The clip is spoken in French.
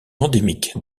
endémique